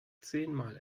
zehnmal